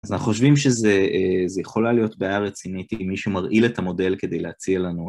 אז אנחנו חושבים שזה, זה יכולה להיות בעיה רצינית אם מישהו מרעיל את המודל כדי להציע לנו...